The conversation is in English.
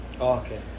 okay